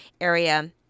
area